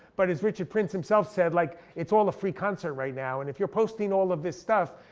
but as richard prince himself said like it's all a free concert right now, and if you're posting all of this stuff,